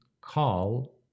call